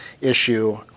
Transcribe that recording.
issue